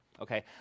Okay